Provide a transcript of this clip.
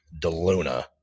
Deluna